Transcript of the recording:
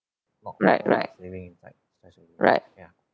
right right right